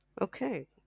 Okay